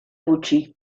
gutxi